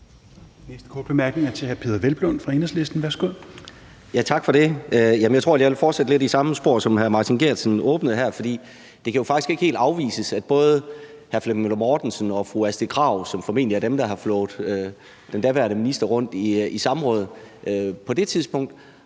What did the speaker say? næste korte bemærkning er til hr. Peder Hvelplund fra Enhedslisten. Værsgo. Kl. 10:49 Peder Hvelplund (EL): Tak for det. Jeg tror, jeg vil fortsætte lidt i det samme spor, som hr. Martin Geertsen åbnede her. For det kan jo faktisk ikke helt afvises, at både hr. Flemming Møller Mortensen og fru Astrid Krag, som formentlig er dem, der har flået den daværende minister rundt i samråd på det tidspunkt,